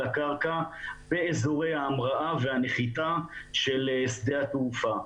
הקרקע באזורי ההמראה והנחיתה של שדה התעופה.